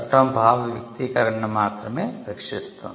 చట్టం భావ వ్యక్తీకరణను మాత్రమే రక్షిస్తుంది